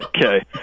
Okay